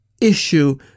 issue